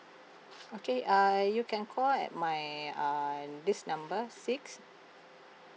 okay uh you can call at my uh this numbers six